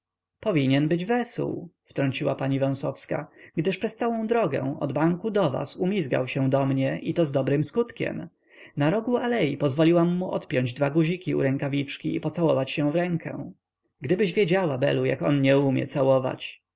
powinien być wesoły wtrąciła pani wąsowska gdyż przez całą drogę od banku do was umizgał się do mnie i to z dobrym skutkiem na rogu alei pozwoliłam mu odpiąć dwa guziki u rękawiczki i pocałować się w rękę gdybyś wiedziała belu jak on nie umie całować